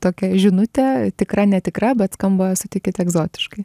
tokia žinutė tikra netikra bet skamba sutikit egzotiškai